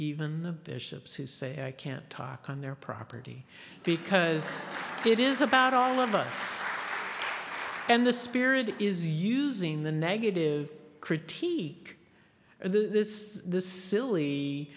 even the bishops who say i can't talk on their property because it is about all of us thank the spirit is using the negative critique and this silly